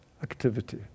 activity